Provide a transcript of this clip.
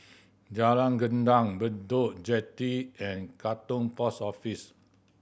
Jalan Gendang Bedok Jetty and Katong Post Office